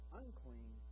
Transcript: unclean